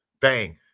Bang